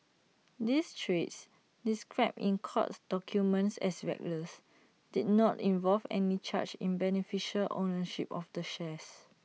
these trades described in court documents as reckless did not involve any change in beneficial ownership of the shares